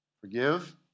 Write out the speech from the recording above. Forgive